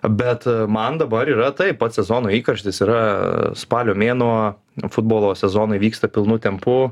bet man dabar yra taip pats sezono įkarštis yra spalio mėnuo futbolo sezonai vyksta pilnu tempu